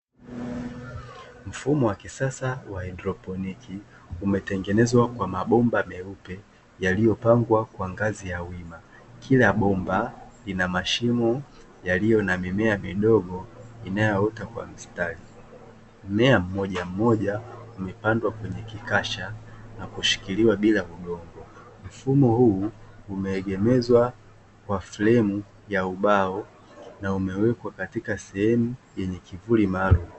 Mfumo wa kisasa wa hydroponiki umetengenezwa kwa mabomba meupe yaliyopangwa kwa ngazi ya wima. Kila bomba lina mashimo yaliyo na mimea midogo inayowekwa kwa mstari. Mmea mmoja mmoja umepandwa kwenye kikasha na kushikiliwa bila udongo. Mfumo huu umeegemezwa kwa flemu ya ubao na umewekwa katika sehemu yenye kivuli maalumu.